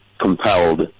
compelled